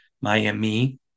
Miami